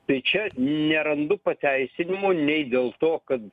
tai čia nerandu pateisinimo nei dėl to kad